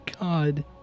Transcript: God